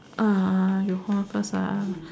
you hold on first